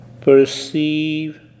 perceive